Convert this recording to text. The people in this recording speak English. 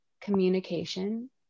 communication